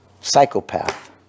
psychopath